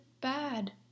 bad